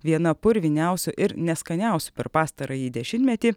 viena purviniausių ir neskaniausių per pastarąjį dešimtmetį